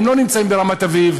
הם לא נמצאים ברמת-אביב,